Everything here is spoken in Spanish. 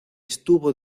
estuvo